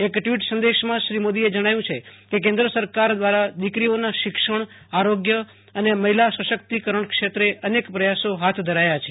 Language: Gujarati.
એક ટ્વીટ સંદેશામાં શ્રી મોદીએ જણાવ્યું કે કેન્દ્ર સરકાર દ્વારા દીકરીઓના શિક્ષણ આરોગ્ય અને મહિલા સશક્તિકરણક્ષેત્રે અનેક પ્રથાસો હાથ ધરાયા છે